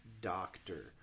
doctor